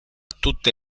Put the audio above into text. tutte